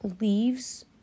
leaves